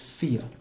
fear